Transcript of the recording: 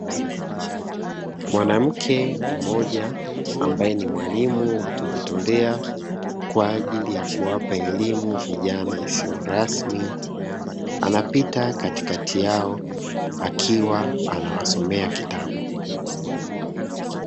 Mwanamke mmoja ambaye ni mwalimu wakujitolea kwaajili ya kuwapa elimu vijana isiyorasmi anapita katikati yao akiwa anawasomea kitabu.